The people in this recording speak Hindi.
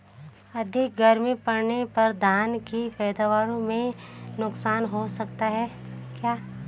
अधिक गर्मी पड़ने पर धान की पैदावार में नुकसान हो सकता है क्या?